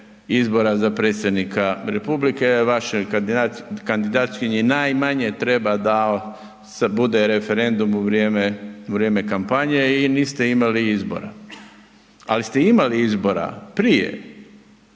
izbora za predsjednika republike, vaša kandidatkinji najmanje treba da se bude referendum u vrijeme kampanje i niste imali izbora. Ali ste imali izbora prije.